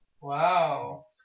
Wow